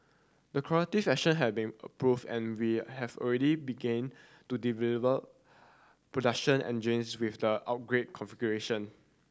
the corrective action have been approved and we have already begin to deliver production engines with the upgraded configuration